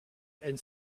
and